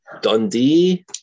Dundee